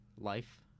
life